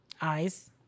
eyes